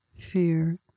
fear